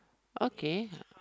okay